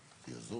מ"ר.